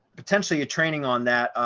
potentially a training on that,